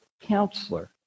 counselor